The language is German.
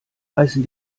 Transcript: heißen